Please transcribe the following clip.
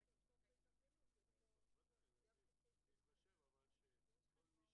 ובכל זאת